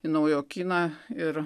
į naujokyną ir